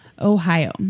Ohio